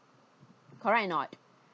correct or not